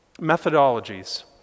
methodologies